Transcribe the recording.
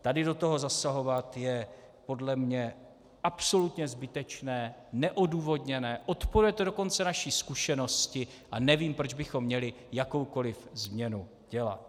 Tady do toho zasahovat je podle mě absolutně zbytečné, neodůvodněné, odporuje to dokonce naší zkušenosti a nevím, proč bychom měli jakoukoliv změnu dělat.